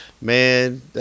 Man